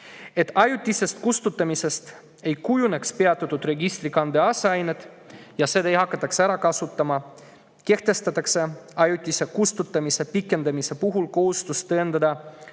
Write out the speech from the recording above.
Et ajutisest kustutamisest ei kujuneks peatatud registrikande aseainet ja seda ei hakataks ära kasutama, kehtestatakse ajutise kustutamise pikendamise puhul kohustus tõendada sõiduki